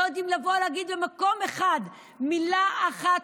לא יודעים לבוא להגיד במקום אחד מילה אחת,